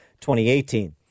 2018